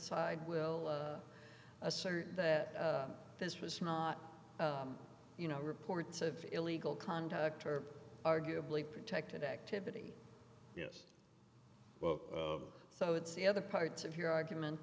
side will assert that this was not you know reports of illegal conduct or arguably protected activity yes well so it's the other parts of your argument